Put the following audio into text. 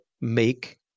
make